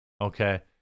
okay